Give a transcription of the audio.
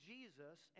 Jesus